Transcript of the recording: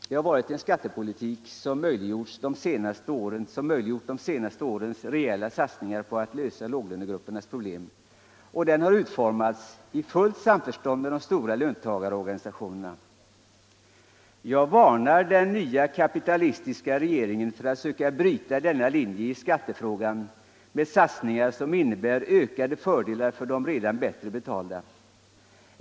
Det har varit en skattepolitik som möjliggjort de senaste årens rejäla satsningar på att lösa låglönegruppernas problem, och den har utformats i fullt samförstånd med de stora löntagarorganisationerna. Jag varnar den nya kapitalistiska regeringen för att söka bryta denna linje i skattefrågan med satsningar som innebär ökade fördelar för de redan bättre betalda.